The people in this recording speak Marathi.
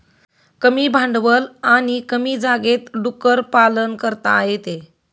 कमी भांडवल आणि कमी जागेत डुक्कर पालन करता येते